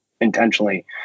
intentionally